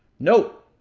note,